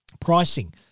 Pricing